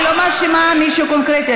לא, אני לא מאשימה מישהו קונקרטי.